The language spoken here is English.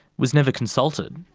was never consulted.